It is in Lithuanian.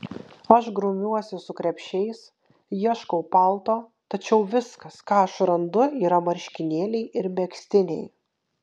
aš grumiuosi su krepšiais ieškau palto tačiau viskas ką aš randu yra marškinėliai ir megztiniai